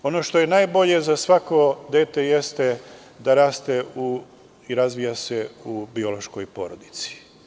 Ono što je najbolje za svako dete jeste da raste i razvija se u biološkoj porodici.